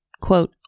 quote